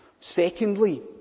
Secondly